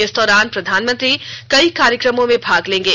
इस दौरान प्रधानमंत्री कई कार्यक्रमों में भाग लेंगे